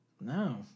no